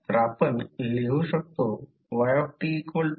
तर आपण लिहू शकतो